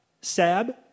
SAB